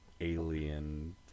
alien